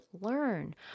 learn